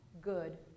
good